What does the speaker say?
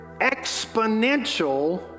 exponential